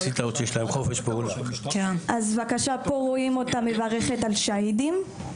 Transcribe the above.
פה רואים אותה מברכת על שאהידים.